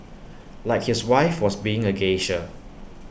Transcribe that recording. like his wife was being A geisha